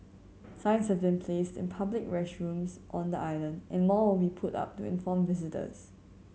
signs have been placed in public restrooms on the island and more will be put up to inform visitors